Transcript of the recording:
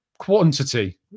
quantity